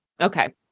okay